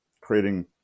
creating